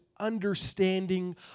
understanding